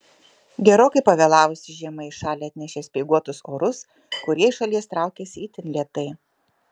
gerokai pavėlavusi žiema į šalį atnešė speiguotus orus kurie iš šalies traukiasi itin lėtai